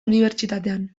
unibertsitatean